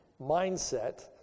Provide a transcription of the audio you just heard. mindset